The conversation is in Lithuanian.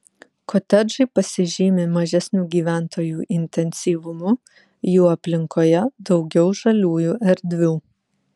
kotedžai pasižymi mažesniu gyventojų intensyvumu jų aplinkoje daugiau žaliųjų erdvių